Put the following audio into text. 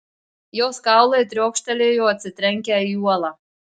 jos kaulai triokštelėjo atsitrenkę į uolą